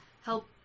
help